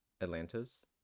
Atlantis